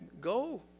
Go